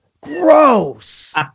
gross